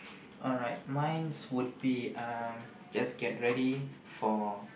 alright mine would be um just get ready for